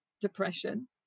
depression